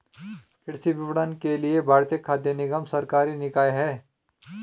कृषि विपणन के लिए भारतीय खाद्य निगम सरकारी निकाय है